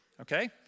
okay